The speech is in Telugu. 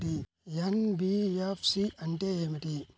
ఎన్.బీ.ఎఫ్.సి అంటే ఏమిటి?